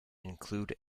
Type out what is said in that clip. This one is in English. include